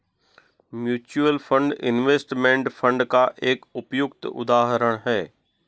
mutual fund investment fund का एक उपयुक्त उदाहरण है